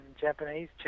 Japanese